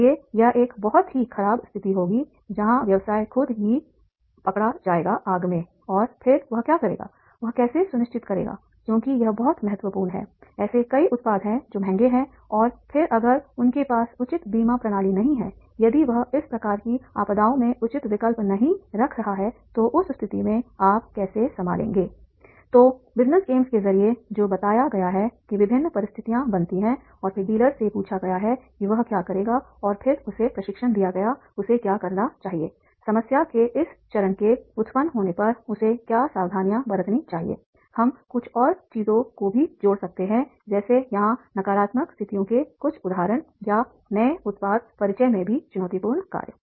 इसलिए यह एक बहुत ही खराब स्थिति होगी जहां व्यवसाय खुद ही पकड़ा जाएगा आग में और फिर वह क्या करेगा वह कैसे सुनिश्चित करेगा क्योंकि यह बहुत महत्वपूर्ण है ऐसे कई उत्पाद हैं जो महंगे हैं और फिर अगर उनके पास उचित बीमा प्रणाली नहीं हैयदि वह इस प्रकार की आपदाओं में उचित विकल्प नहीं रख रहा है तो उस स्थिति में आप कैसे संभालेंगे तो बिजनेस गेम्स के जरिए जो बताया गया है कि विभिन्न परिस्थितियाँ बनती हैं और फिर डीलर से पूछा गया कि वह क्या करेगा और फिर उसे प्रशिक्षण दिया गया उसे क्या करना चाहिए समस्या के इस चरण के उत्पन्न होने पर उसे क्या सावधानियां बरतनी चाहिए हम कुछ और चीजों को भी जोड़ सकते हैं जैसे यहाँ नकारात्मक स्थितियों के कुछ उदाहरण या नए उत्पाद परिचय में भी चुनौतीपूर्ण कार्य